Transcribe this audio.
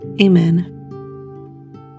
Amen